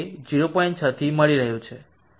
6 થી મળ્યું છે